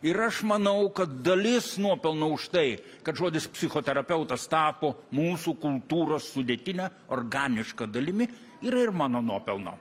ir aš manau kad dalis nuopelnų už tai kad žodis psichoterapeutas tapo mūsų kultūros sudėtine organiška dalimi yra ir mano nuopelno